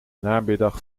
namiddag